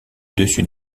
dessus